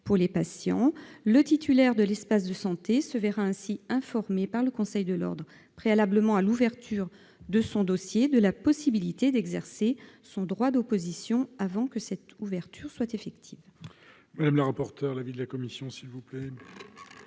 pour les patients. Le titulaire de l'espace de santé se verra ainsi informé par le Conseil de l'ordre, préalablement à l'ouverture de son dossier, de la possibilité d'exercer son droit d'opposition avant que cette ouverture ne soit effective. Quel est l'avis de la commission spéciale